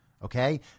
Okay